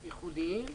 ייחודיים.